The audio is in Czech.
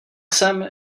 jsem